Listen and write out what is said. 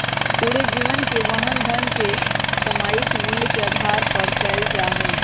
पूरे जीवन के वहन धन के सामयिक मूल्य के आधार पर कइल जा हई